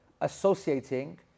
Associating